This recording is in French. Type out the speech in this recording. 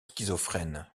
schizophrène